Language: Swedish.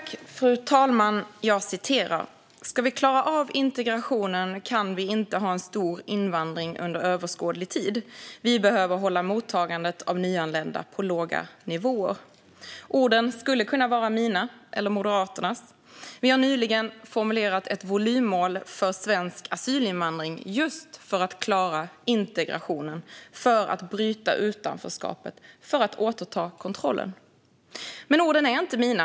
Fru talman! Jag citerar: "Ska vi klara av integrationen kan vi inte ha en stor invandring under överskådlig tid. Vi behöver . hålla mottagandet av nyanlända på låga nivåer." Orden skulle kunna vara mina eller Moderaternas. Vi har nyligen formulerat ett volymmål för svensk asylinvandring, just för att klara integrationen, för att bryta utanförskapet och för att återta kontrollen. Men orden är inte mina.